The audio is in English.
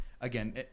Again